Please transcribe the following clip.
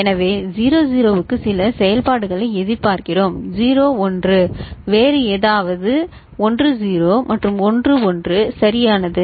எனவே 00 க்கு சில செயல்பாடுகளை எதிர்பார்க்கிறோம் 01 வேறு ஏதாவது 10 மற்றும் 11 சரியானது